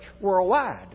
worldwide